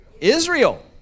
Israel